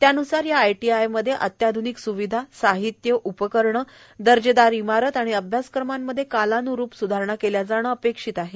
त्यानुसार या आयटीआयमध्ये अत्याध्निक स्विधाए साहित्यए उपकरणेए दर्जेदार इमारत आणि अभ्यासक्रमांमध्ये कालान्रुप स्धारणा केल्या जाणं अपेक्षित आहे